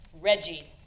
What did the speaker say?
Reggie